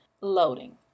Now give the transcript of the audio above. loading